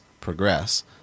progress